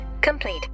complete